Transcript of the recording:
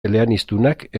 eleaniztunak